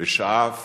ושאף